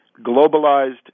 globalized